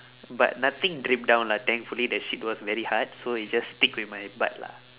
but nothing drip down lah thankfully the shit was very hard so it just stick with my butt lah